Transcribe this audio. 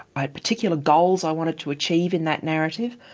i had particular goals i wanted to achieve in that narrative.